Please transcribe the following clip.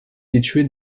située